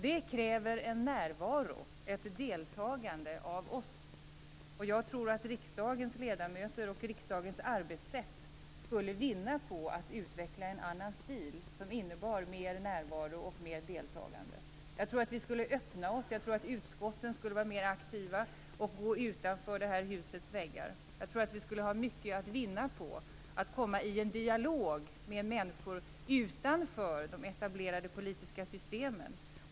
Det kräver en närvaro, ett deltagande av oss. Jag tror att riksdagens ledamöter och riksdagens arbetssätt skulle vinna på att utveckla en annan stil, som innebar mer närvaro och mer deltagande. Jag tror att vi borde öppna oss. Jag tror att utskotten borde vara mer aktiva och gå utanför det här husets väggar. Jag tror att vi skulle ha mycket att vinna på att komma i dialog med människor utanför de etablerade politiska systemen.